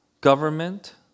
government